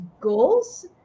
goals